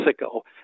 ago